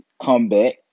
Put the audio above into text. comeback